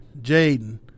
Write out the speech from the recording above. Jaden